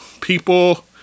people